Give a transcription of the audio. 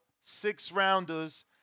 six-rounders